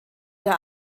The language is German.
der